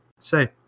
say